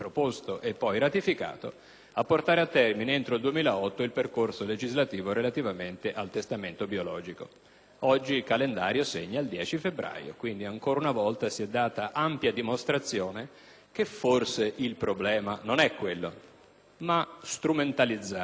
a portare a termine entro il 2008 il percorso legislativo relativamente al testamento biologico. Oggi il calendario segna il 10 febbraio e, quindi, ancora una volta si è data ampia dimostrazione del fatto che forse il problema non è quello. Si è piuttosto strumentalizzata ed utilizzata